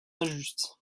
injuste